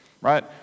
right